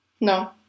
No